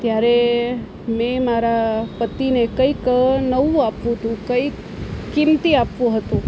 ત્યારે મેં મારા પતિને કંઈક નવું આપવું હતું કંઈક કિંમતી આપવું હતું